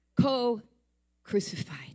Co-crucified